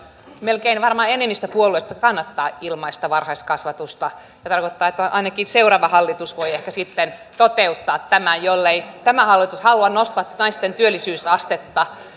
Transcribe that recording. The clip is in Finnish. melkein varmaan enemmistö puolueista kannattaa ilmaista varhaiskasvatusta mikä tarkoittaa että ainakin seuraava hallitus voi ehkä sitten toteuttaa tämän jollei tämä hallitus halua nostaa naisten työllisyysastetta